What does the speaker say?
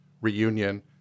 reunion